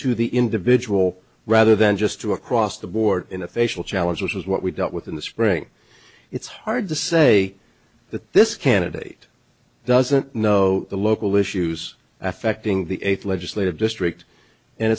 to the individual rather than just to across the board in a facial challenge which is what we dealt with in the spring it's hard to say that this candidate doesn't know the local issues affecting the eighth legislative district and